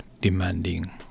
demanding